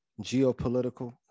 geopolitical